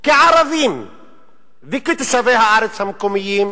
כערבים וכתושבי הארץ המקומיים,